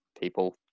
people